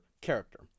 character